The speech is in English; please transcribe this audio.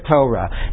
Torah